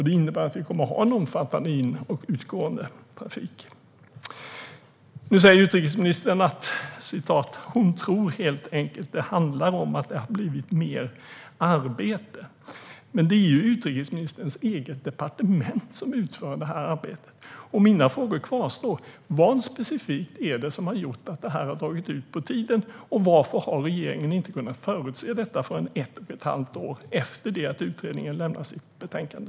Det innebär att vi kommer att ha en omfattande in och utgående trafik. Nu säger utrikesministern att hon tror att det helt enkelt handlar om att det har blivit mer arbete. Men det är ju utrikesministerns eget departement som utför detta arbete. Mina frågor kvarstår: Vad specifikt är det som har gjort att detta har dragit ut på tiden? Och varför har regeringen inte kunnat förutse detta förrän ett och ett halvt år efter att utredningen lämnat ifrån sig sitt betänkande?